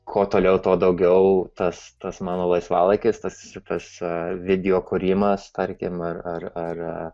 kuo toliau tuo daugiau tas tas mano laisvalaikis tas tas video kūrimas tarkim ar ar ar